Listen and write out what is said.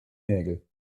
nägel